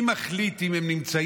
מי מחליט אם הם נמצאים?